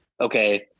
okay